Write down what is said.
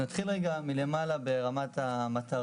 אני אתחיל רגע מלמעלה ברמת המטרה.